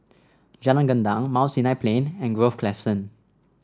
Jalan Gendang Mount Sinai Plain and Grove Crescent